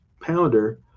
Pounder